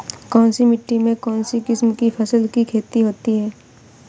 कौनसी मिट्टी में कौनसी किस्म की फसल की खेती होती है?